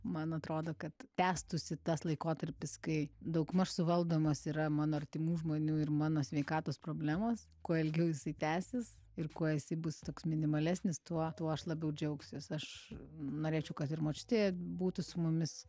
man atrodo kad tęstųsi tas laikotarpis kai daugmaž suvaldomos yra mano artimų žmonių ir mano sveikatos problemos kuo ilgiau jisai tęsis ir kuo jisai bus toks minimalesnis tuo tuo aš labiau džiaugsiuos aš norėčiau kad ir močiutė būtų su mumis